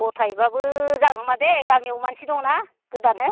गथायैब्लाबो जागो नामा दे गामियाव मानसि दङना गोदानो